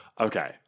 Okay